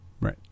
Right